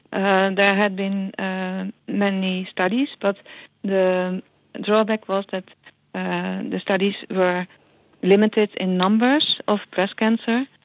and had been and many studies but the drawback was that and the studies were limited in numbers of breast cancer,